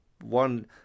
one